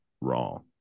wrong